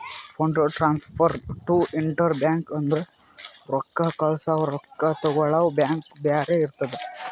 fund transfer to interbank ಅಂದುರ್ ರೊಕ್ಕಾ ಕಳ್ಸವಾ ರೊಕ್ಕಾ ತಗೊಳವ್ ಬ್ಯಾಂಕ್ ಬ್ಯಾರೆ ಇರ್ತುದ್